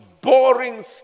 boring